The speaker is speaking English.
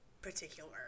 Particular